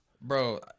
Bro